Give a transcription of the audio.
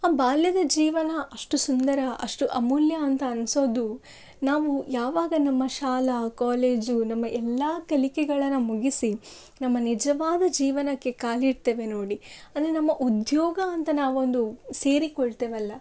ಆ ಬಾಲ್ಯದ ಜೀವನ ಅಷ್ಟು ಸುಂದರ ಅಷ್ಟು ಅಮೂಲ್ಯ ಅಂತ ಅನ್ಸೋದು ನಾವು ಯಾವಾಗ ನಮ್ಮ ಶಾಲಾ ಕಾಲೇಜು ನಮ್ಮ ಎಲ್ಲಾ ಕಲಿಕೆಗಳನ್ನು ಮುಗಿಸಿ ನಮ್ಮ ನಿಜವಾದ ಜೀವನಕ್ಕೆ ಕಾಲಿಡ್ತೇವೆ ನೋಡಿ ಅಂದರೆ ನಮ್ಮ ಉದ್ಯೋಗ ಅಂತ ನಾವೊಂದು ಸೇರಿಕೊಳ್ತೇವಲ್ಲಾ